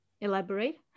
Elaborate